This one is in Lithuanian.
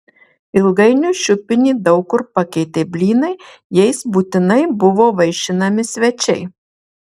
ilgainiui šiupinį daug kur pakeitė blynai jais būtinai buvo vaišinami svečiai